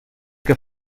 que